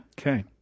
Okay